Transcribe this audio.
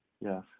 Yes